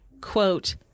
quote